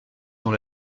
dans